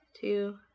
two